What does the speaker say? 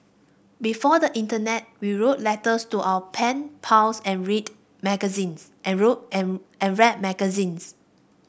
before the internet we wrote letters to our pen pals and read magazines and road and and read magzines